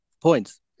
points